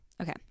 Okay